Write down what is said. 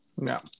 No